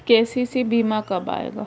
KCC बीमा कब आएगा?